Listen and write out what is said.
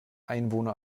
einwohner